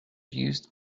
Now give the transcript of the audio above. used